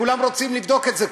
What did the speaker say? כולם רוצים לבדוק את זה,